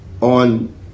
on